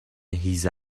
هیز